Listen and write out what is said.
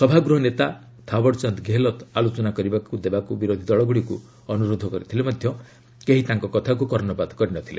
ସଭାଗୃହ ନେତା ଥାଓଡଚାନ୍ଦ ଗେହେଲତ ଆଲୋଚନା କରିବାକୁ ଦେବାକୁ ବିରୋଧୀ ଦଳଗୁଡ଼ିକୁ ଅନୁରୋଧ କରିଥିଲେ ମଧ୍ୟ କେହି ତାଙ୍କ କଥାକୁ କର୍ଷପାତ କରିନଥିଲେ